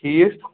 ٹھیٖک